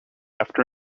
after